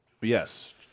Yes